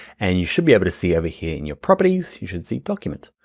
and you should be able to see over here in your properties, you should see document,